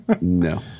no